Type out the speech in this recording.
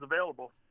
available